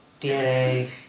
DNA